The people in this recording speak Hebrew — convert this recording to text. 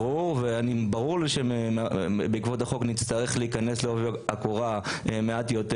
ברור וברור לי שבעקבות החוק נצטרך להיכנס לעובי הקורה מעט יותר